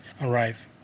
arrive